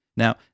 Now